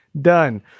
done